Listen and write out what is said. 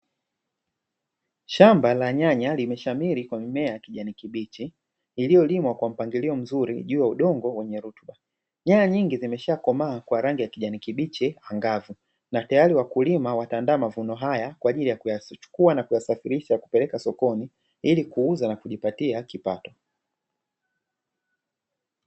Shamba la nyanya limeshamiri kwa mimea kijani kibichi iliyolimwa kwa mpangilio mzuri juu ya udongo wenye rutuba. Nyaya nyingi zimeshakomaa kwa rangi ya kijani kibichi angavu na tayari wakulima wataandaa mavuno haya kwa ajili ya kuyachukua na kuyasafirisha kupeleka sokoni ili kuuza na kujipatia kipato.